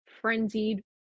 frenzied